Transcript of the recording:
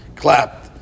clapped